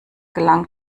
gelang